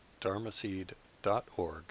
dharmaseed.org